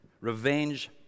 Revenge